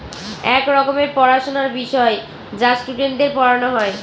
এক রকমের পড়াশোনার বিষয় যা স্টুডেন্টদের পড়ানো হয়